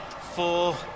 four